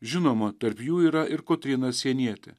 žinoma tarp jų yra ir kotryna sienietė